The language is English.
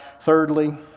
Thirdly